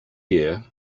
year